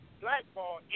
blackball